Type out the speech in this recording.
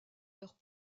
leurs